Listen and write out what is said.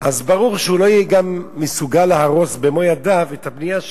ברור שהוא גם לא יהיה מסוגל להרוס במו-ידיו את הבנייה שלו.